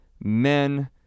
men